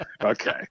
okay